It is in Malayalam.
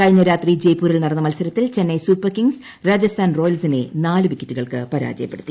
കഴിഞ്ഞ രാത്രി ജയ്പൂരിൽ നടന്ന മത്സരത്തിൽ ചെന്നൈ സൂപ്പർ കിങ്സ് രാജസ്ഥാൻ റോയൽസിനെ നാല് വിക്കറ്റുകൾക്ക് പരാജയപ്പെടുത്തി